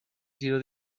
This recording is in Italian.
giro